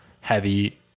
heavy –